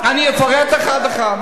אני אפרט אחד-אחד.